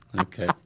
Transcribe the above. Okay